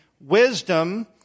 wisdom